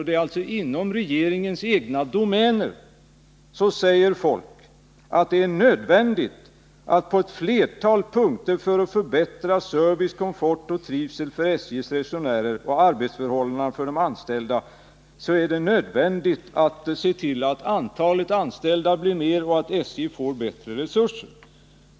Det är alltså inom regeringens egna domäner folk säger att det är nödvändigt att på ett flertal punkter göra något för att förbättra service, komfort och trivsel för SJ:s resenärer och arbetsförhållandena för de anställda. Det är bl.a. nödvändigt att se till att antalet anställda blir större och att SJ får bättre resurser.